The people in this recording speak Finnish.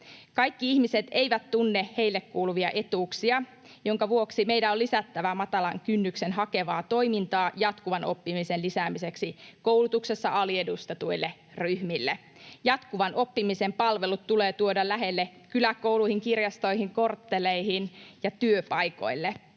Kaikki ihmiset eivät tunne heille kuuluvia etuuksia, jonka vuoksi meidän on lisättävä matalan kynnyksen hakevaa toimintaa jatkuvan oppimisen lisäämiseksi koulutuksessa aliedustetuille ryhmille. Jatkuvan oppimisen palvelut tulee tuoda lähelle: kyläkouluihin, kirjastoihin, kortteleihin ja työpaikoille.